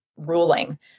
ruling